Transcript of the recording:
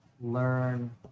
learn